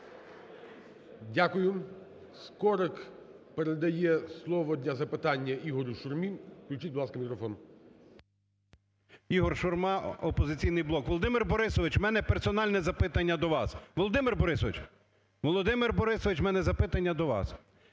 Дякую. Скорик передає слово для запитання Ігорю Шурмі. Включіть, будь ласка, мікрофон.